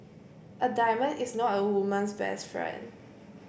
a diamond is not a woman's best friend